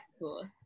cool